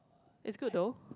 it's good though